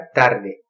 tarde